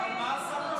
על מה השר משיב עכשיו?